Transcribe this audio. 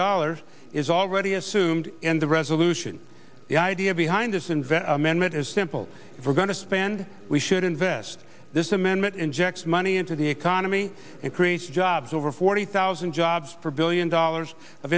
dollars is already assumed in the resolution the idea behind this invent amendment is simple if we're going to spend we should invest this amendment injects money into the economy and create jobs over forty thousand jobs for billion dollars of